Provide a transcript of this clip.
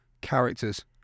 characters